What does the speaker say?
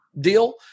deal